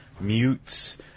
Mutes